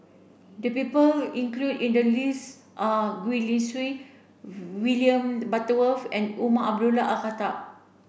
the people includ in the list are Gwee Li Sui William Butterworth and Umar Abdullah Al Khatib